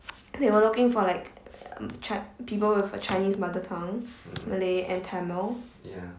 they were looking for like chi~ people with a chinese mother tongue malay and tamil